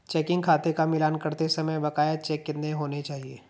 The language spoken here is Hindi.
चेकिंग खाते का मिलान करते समय बकाया चेक कितने होने चाहिए?